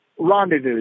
Rendezvous